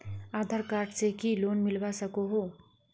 आधार card से की loan मिलवा सकोहो?